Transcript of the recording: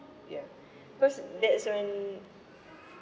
ya because that's when